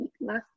last